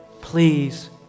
please